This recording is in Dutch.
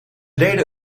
deden